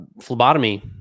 phlebotomy